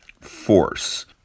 force